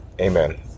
Amen